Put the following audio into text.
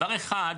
דבר אחד,